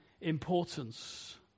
importance